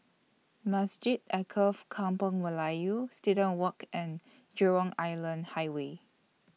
Masjid Alkaff Kampung Melayu Student Walk and Jurong Island Highway